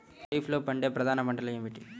ఖరీఫ్లో పండే ప్రధాన పంటలు ఏవి?